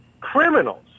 criminals